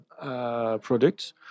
products